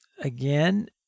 again